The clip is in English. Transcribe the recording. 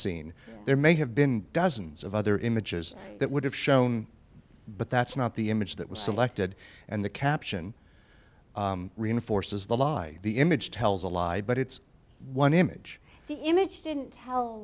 scene there may have been dozens of other images that would have shown but that's not the image that was selected and the caption reinforces the lie the image tells a lie but it's one image the image